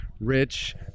rich